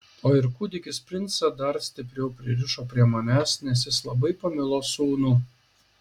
o ir kūdikis princą dar stipriau pririšo prie manęs nes jis labai pamilo sūnų